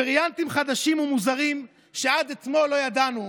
וריאנטים חדשים ומוזרים, שעד אתמול לא ידענו,